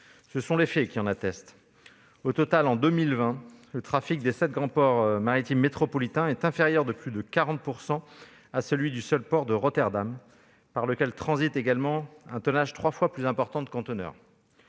Les faits en attestent. Au total, en 2020, le trafic des sept grands ports maritimes métropolitains est inférieur de plus de 40 % à celui du seul port de Rotterdam, par lequel transite également un tonnage trois fois plus important de conteneurs.